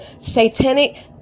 satanic